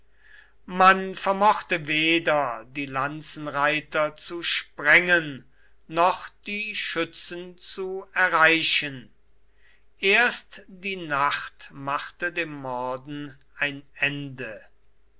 man vermochte weder die lanzenreiter zu sprengen noch die schützen zu erreichen erst die nacht machte dem morden ein ende